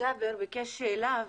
ג'אבר שאל שאלה.